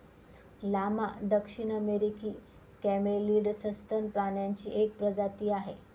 llama दक्षिण अमेरिकी camelid सस्तन प्राण्यांची एक प्रजाती आहे